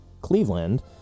Cleveland